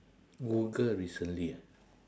google recently ah